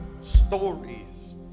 stories